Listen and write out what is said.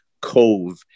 cove